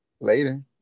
Later